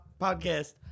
Podcast